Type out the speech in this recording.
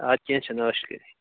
اَدٕ کیٚنٛہہ چھُ نہٕ ٲش کٔرِتھ